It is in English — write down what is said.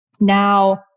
now